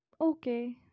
Okay